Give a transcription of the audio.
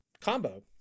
combo